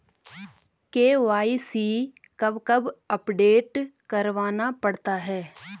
KYC कब कब update करवाना पड़ता है?